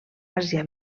àsia